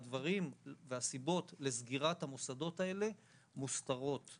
והסיבות לסגירת המוסדות האלה מוסתרות.